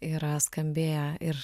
yra skambėję ir